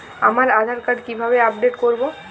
আমার আধার কার্ড কিভাবে আপডেট করব?